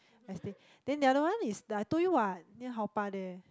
I stay then the other one is the I told you what near Haw-Par there